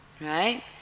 Right